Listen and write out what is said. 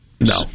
No